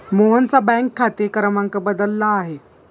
मोहनचा बँक खाते क्रमांक बदलला आहे